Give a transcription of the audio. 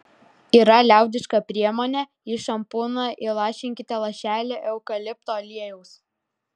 yra liaudiška priemonė į šampūną įlašinkite lašelį eukalipto aliejaus